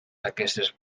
aquestes